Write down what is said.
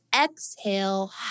exhale